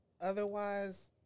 Otherwise